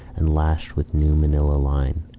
and lashed with new manila line.